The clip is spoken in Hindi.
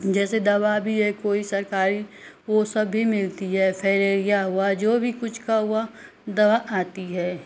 जैसे दवा भी है कोई सरकारी वो सब भी मिलती है फ़ाईलेरिया हुआ जो भी कुछ का हुआ दवा आती है